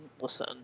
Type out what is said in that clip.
listen